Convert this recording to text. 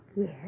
Yes